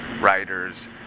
writers